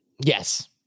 yes